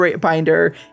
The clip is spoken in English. binder